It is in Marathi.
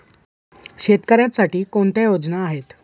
शेतकऱ्यांसाठी कोणत्या योजना आहेत?